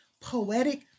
poetic